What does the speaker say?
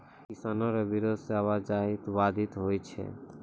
किसानो रो बिरोध से आवाजाही बाधित होलो छै